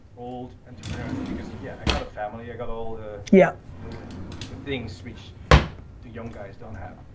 old entrepreneurs? because, yeah, i got a family, i got all yeah the things which the young guys don't have.